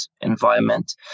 environment